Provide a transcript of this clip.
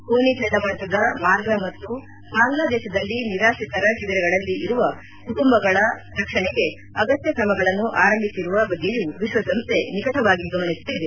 ಫೋನಿ ಚಂಡಮಾರುತದ ಮಾರ್ಗ ಮತ್ತು ಬಾಂಗ್ಲಾದೇಶದಲ್ಲಿ ನಿರಾತ್ರಿತರ ಶಿಬಿರಗಳಲ್ಲಿ ಇರುವ ಕುಟುಂಬಗಳ ರಕ್ಷಣೆಗೆ ಅಗತ್ಯ ಕ್ರಮಗಳನ್ನು ಆರಂಭಿಸಿರುವ ಬಗ್ಗೆಯೂ ವಿಶ್ವಸಂಸ್ಥೆ ನಿಕಟವಾಗಿ ಗಮನಿಸುತ್ತಿದೆ